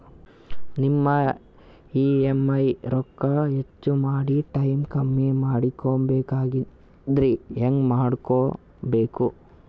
ನಮ್ಮ ಇ.ಎಂ.ಐ ರೊಕ್ಕ ಹೆಚ್ಚ ಮಾಡಿ ಟೈಮ್ ಕಮ್ಮಿ ಮಾಡಿಕೊ ಬೆಕಾಗ್ಯದ್ರಿ ಹೆಂಗ ಮಾಡಬೇಕು?